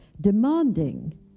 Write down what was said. demanding